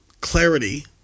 clarity